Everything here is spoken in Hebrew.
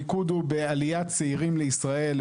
המיקוד הוא עליית צעירים לישראל,